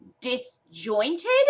disjointed